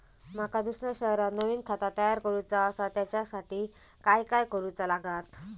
माका दुसऱ्या शहरात नवीन खाता तयार करूचा असा त्याच्यासाठी काय काय करू चा लागात?